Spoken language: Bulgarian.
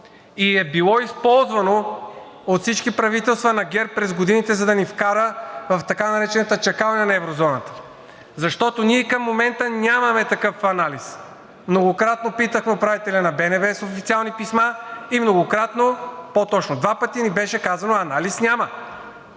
и е било използвано от всички правителства на ГЕРБ през годините, за да ни вкара в така наречената чакалня на еврозоната, защото ние и към момента нямаме такъв анализ. Многократно питахме управителя на БНБ с официални писма, и по-точно два пъти ни беше казано – анализ няма.